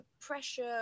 pressure